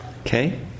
Okay